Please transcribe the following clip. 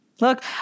Look